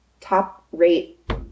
top-rate